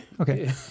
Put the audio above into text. Okay